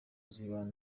z’ibanze